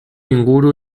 inguru